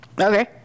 Okay